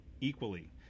equally